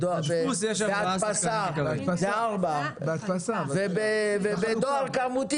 בהדפסה אלה ארבעה שחקנים ובדואר כמותי